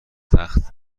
تخت